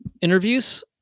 interviews